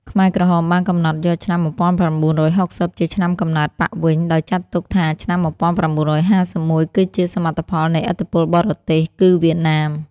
ខ្មែរក្រហមបានកំណត់យកឆ្នាំ១៩៦០ ជាឆ្នាំកំណើតបក្សវិញ ដោយចាត់ទុកថាឆ្នាំ១៩៥១ គឺជាសមិទ្ធផលនៃឥទ្ធិពលបរទេស (គឺវៀតណាម)។